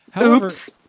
Oops